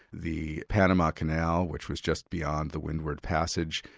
the panama canal, which was just beyond the windward passage,